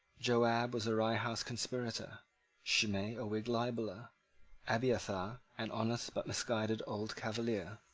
joab was a rye house conspirator shimei, a whig libeller abiathar, an honest but misguided old cavalier.